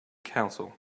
counsel